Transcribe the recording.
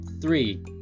three